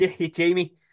Jamie